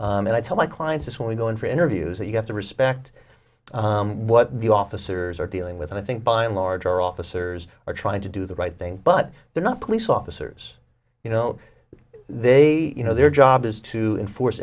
i tell my clients when we go in for interviews that you have to respect what the officers are dealing with and i think by and large our officers are trying to do the right thing but they're not police officers you know they you know their job is to enforce